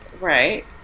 Right